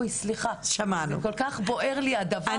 וסליחה זה פשוט כל כך בוער בי הדבר הזה.